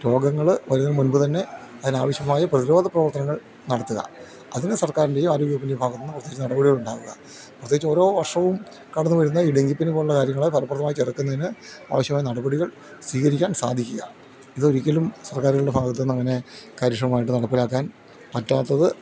രോഗങ്ങൾ വരുന്നതിന് മുൻപ് തന്നെ അതിനാവശ്യമായ പ്രതിരോധ പ്രവർത്തനങ്ങൾ നടത്തുക അതിന് സർക്കാരിൻ്റെയും ആരോഗ്യ വകുപ്പിൻ്റെയും ഭാഗത്ത് നിന്ന് പ്രത്യേകിച്ച് നടപടികൾ ഉണ്ടാവുക പ്രത്യേകിച്ച് ഓരോ വർഷവും കടന്നു വരുന്ന ഈ ഡെങ്കിപ്പനി പോലുള്ള കാര്യങ്ങളെ ഫലപ്രദമായി ചെറക്കുന്നതിന് ആവശ്യമായ നടപടികൾ സ്വീകരിക്കാൻ സാധിക്കുക ഇതൊരിക്കലും സർക്കാരുകളുടെ ഭാഗത്ത് നിന്ന് അങ്ങനെ കാര്യക്ഷമമായിട്ട് നടപ്പിലാക്കാൻ പറ്റാത്തത്